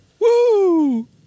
Woo